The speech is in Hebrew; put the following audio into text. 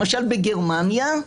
למשל בגרמניה,